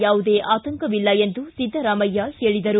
ಯಾವುದೇ ಆತಂಕವಿಲ್ಲ ಎಂದು ಸಿದ್ದರಾಮಯ್ಯ ಹೇಳಿದರು